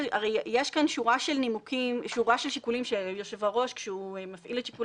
כאן שורה של שיקולים שכאשר היושב-ראש מפעיל את שיקול